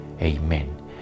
Amen